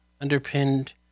underpinned